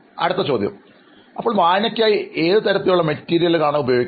അഭിമുഖം നടത്തുന്നയാൾ അപ്പോൾ വായനയ്ക്കായി ഏതുതരത്തിലുള്ള മെറ്റീരിയൽ ആയിരുന്നു ഉപയോഗിച്ചിരുന്നത്